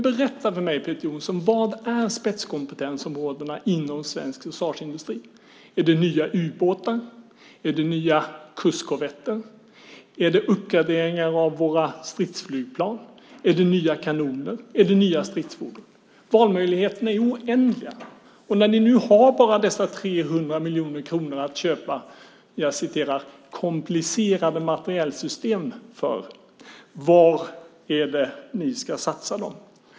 Berätta då för mig vilka spetskompetensområdena inom svensk försvarsindustri är! Är det nya u-båtar? Är det nya kustkorvetter? Är det uppgraderingar av våra stridsflygplan? Är det nya kanoner? Är det nya stridsfordon? Valmöjligheterna är oändliga, och när ni nu bara har dessa 300 miljoner kronor att köpa komplicerade materielsystem för, var ska ni då satsa pengarna?